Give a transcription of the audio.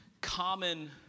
common